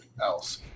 else